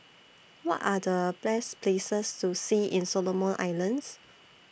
What Are The Best Places to See in Solomon Islands